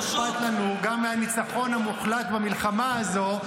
אכפת לנו גם מהניצחון המוחלט במלחמה הזאת,